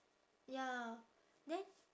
ya then